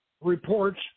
reports